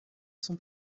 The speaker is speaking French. son